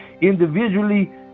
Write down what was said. individually